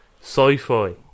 sci-fi